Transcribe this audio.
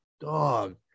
Dog